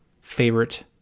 favorite